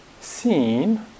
seen